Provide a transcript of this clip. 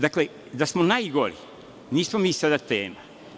Dakle, da smo najgori, nismo mi sada tema.